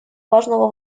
важного